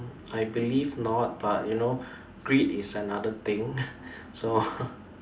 I believe not but you know greed is another thing so